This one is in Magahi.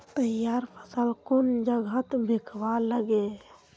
तैयार फसल कुन जगहत बिकवा लगे?